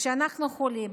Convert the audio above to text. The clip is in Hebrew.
כשאנחנו חולים,